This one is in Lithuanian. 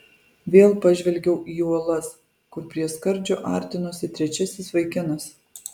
vėl pažvelgiau į uolas kur prie skardžio artinosi trečiasis vaikinas